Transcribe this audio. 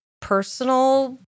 personal